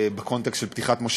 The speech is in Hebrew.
בקונטקסט של פתיחת כנס.